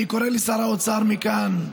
אני קורא לשר האוצר מכאן: